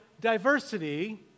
diversity